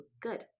good